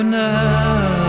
now